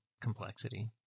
complexity